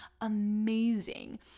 amazing